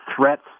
threats